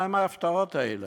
מה הן ההפתעות האלה?